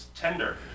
tender